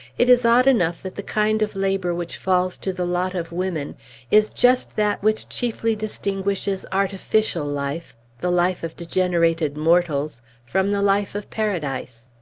it is odd enough that the kind of labor which falls to the lot of women is just that which chiefly distinguishes artificial life the life of degenerated mortals from the life of paradise.